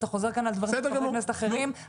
אתה חוזר על דברים של חברי כנסת אחרים.